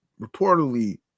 reportedly